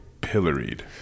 pilloried